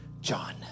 John